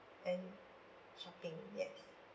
and shopping yes